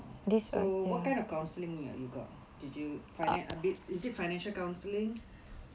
so what kind of counseling you got did you is it financial counselling